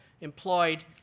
employed